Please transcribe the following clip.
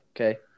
Okay